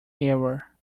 error